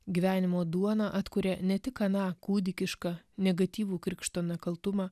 gyvenimo duona atkuria ne tik aną kūdikišką negatyvų krikšto nekaltumą